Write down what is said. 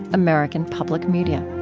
american public media